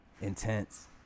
intense